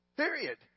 Period